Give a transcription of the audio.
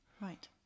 Right